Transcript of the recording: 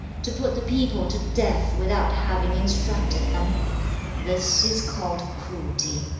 to put the people to death without having instructed them this is called cruelty.